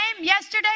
yesterday